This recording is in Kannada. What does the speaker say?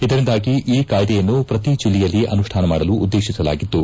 ಇದರಿಂದಾಗಿ ಈ ಕಾಯ್ದೆಯನ್ನು ಪ್ರತಿ ಜಲ್ಲೆಯಲ್ಲಿ ಅನುಷ್ಠಾನ ಮಾಡಲು ಉದ್ದೇಶಿಸಲಾಗಿದ್ದು